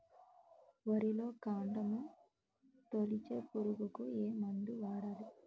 వరిలో కాండము తొలిచే పురుగుకు ఏ మందు వాడాలి?